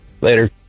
Later